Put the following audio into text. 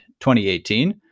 2018